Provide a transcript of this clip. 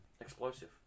explosive